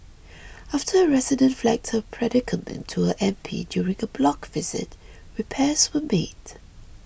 after a resident flagged her predicament to her M P during a block visit repairs were made